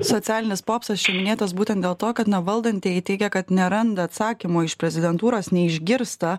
socialinis popsas čia minėtas būtent dėl to kad na valdantieji teigia kad neranda atsakymo iš prezidentūros neišgirsta